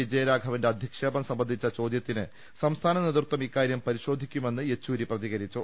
വിജയരാഘവന്റെ അധിക്ഷേപം സംബന്ധിച്ച ചോദ്യത്തിന് സംസ്ഥാന നേതൃത്വം ഇക്കാര്യം പരിശോധി ക്കുമെന്ന് യെച്ചൂരി പ്രതികരിച്ചു